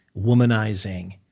womanizing